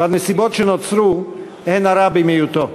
בנסיבות שנוצרו הן הרע במיעוטו.